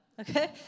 okay